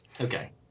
Okay